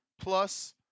Plus